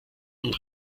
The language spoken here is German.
und